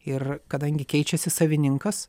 ir kadangi keičiasi savininkas